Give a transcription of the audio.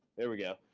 there we go.